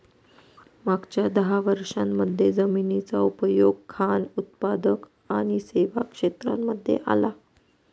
मागच्या दहा वर्षांमध्ये जमिनीचा उपयोग खान उत्पादक आणि सेवा क्षेत्रांमध्ये आला